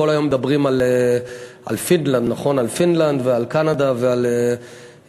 כל היום מדברים על פינלנד, על קנדה ועל קוריאה,